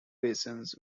basins